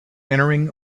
entering